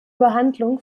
behandlung